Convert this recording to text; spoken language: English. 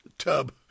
tub